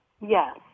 Yes